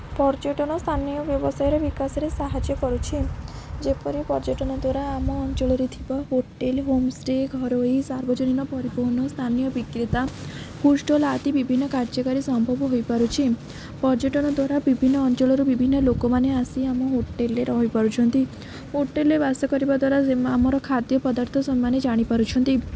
ପର୍ଯ୍ୟଟନ ସ୍ଥାନୀୟ ବ୍ୟବସାୟର ବିକାଶରେ ସାହାଯ୍ୟ କରୁଛି ଯେପରି ପର୍ଯ୍ୟଟନ ଦ୍ୱାରା ଆମ ଅଞ୍ଚଳରେ ଥିବା ହୋଟେଲ୍ ହୋମ୍ ଷ୍ଟେ ଘରୋଇ ସାର୍ବଜନୀନ ପରିବହନ ସ୍ଥାନୀୟ ବିକ୍ରେତା ଫୁଡ଼୍ ଷ୍ଟଲ୍ ଆଦି ବିଭିନ୍ନ କାର୍ଯ୍ୟକାରୀ ସମ୍ଭବ ହୋଇପାରୁଛି ପର୍ଯ୍ୟଟନ ଦ୍ୱାରା ବିଭିନ୍ନ ଅଞ୍ଚଳରୁ ବିଭିନ୍ନ ଲୋକମାନେ ଆସି ଆମ ହୋଟେଲ୍ରେ ରହିପାରୁଛନ୍ତି ହୋଟେଲ୍ରେ ବାସ କରିବା ଦ୍ଵାରା ଆମର ଖାଦ୍ୟ ପଦାର୍ଥ ସେମାନେ ଜାଣିପାରୁଛନ୍ତି